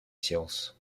sciences